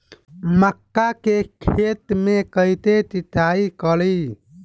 मका के खेत मे कैसे सिचाई करी?